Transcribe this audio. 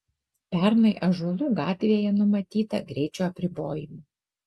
pernai ąžuolų gatvėje numatyta greičio apribojimų